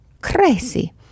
crazy